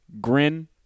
grin